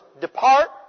depart